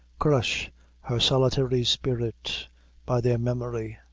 crush her solitary spirit by their memory,